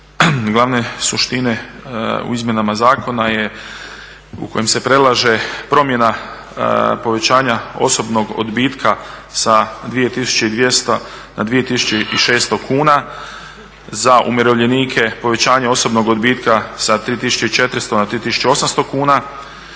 Glavne suštine u izmjenama zakona je u kojem se predlaže promjena povećanja osobnog odbitka sa 2200 na 2600 kuna, za umirovljenike povećanje osobnog odbitka sa 3400 na 3800 kuna